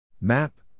Map